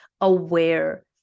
aware